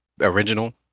original